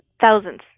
Thousands